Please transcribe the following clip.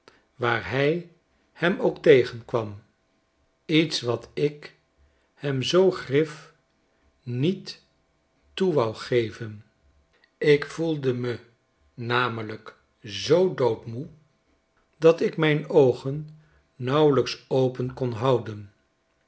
waar hij hem ook tegenkwam iets wat ik hem zoo grif niet toe wou geven ik voelde me namelijk zoo doodmoe dat ik mijn oogen nauwelijks open kon houden